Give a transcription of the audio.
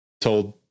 told